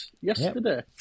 yesterday